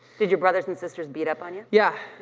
did your brothers and sisters beat up on you? yeah,